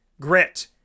grit